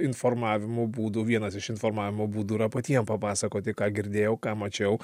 informavimo būdų vienas iš informavimo būdų yra patiem papasakoti ką girdėjau ką mačiau